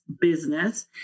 business